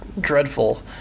dreadful